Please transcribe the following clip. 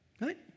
Right